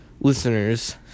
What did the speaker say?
listeners